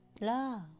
love